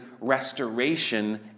restoration